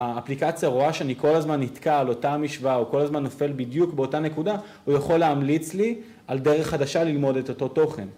‫האפליקציה רואה שאני כל הזמן ‫נתקע על אותה משוואה ‫או כל הזמן נופל בדיוק באותה נקודה, ‫הוא יכול להמליץ לי על דרך חדשה ‫ללמוד את אותו תוכן.